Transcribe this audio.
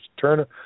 Turner